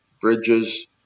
bridges